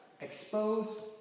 expose